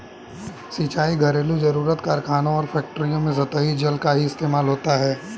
सिंचाई, घरेलु जरुरत, कारखानों और फैक्ट्रियों में सतही जल का ही इस्तेमाल होता है